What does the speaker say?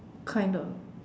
kind of